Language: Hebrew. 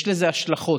יש לזה השלכות,